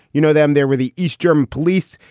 you know them there were the east german police.